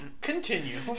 continue